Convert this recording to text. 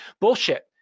bullshit